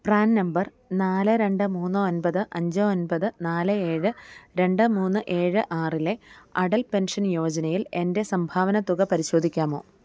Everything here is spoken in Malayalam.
പ്രാൻ നമ്പർ നാല് രണ്ട് മൂന്ന് ഒൻപത് അഞ്ച് ഒൻപത് നാല് ഏഴ് രണ്ട് മൂന്ന് ഏഴ് ആറിലെ അടൽ പെൻഷൻ യോജനയിൽ എൻ്റെ സംഭാവന തുക പരിശോധിക്കാമോ